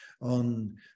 on